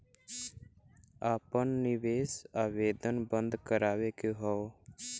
आपन निवेश आवेदन बन्द करावे के हौ?